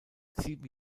sieben